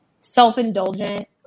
self-indulgent